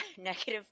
negative